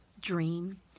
dream